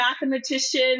mathematician